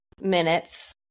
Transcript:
minutes